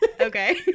okay